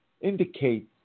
indicate